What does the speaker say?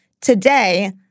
today—